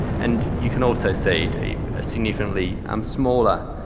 and you can also see a ah significantly um smaller,